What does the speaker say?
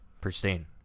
Pristine